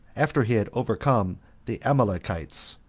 after he had overcome the amalekites.